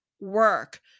work